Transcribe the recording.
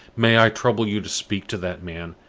may i trouble you to speak to that man?